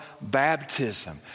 baptism